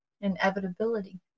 Inevitability